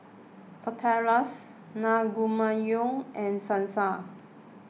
Tortillas Naengmyeon and Salsa